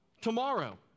tomorrow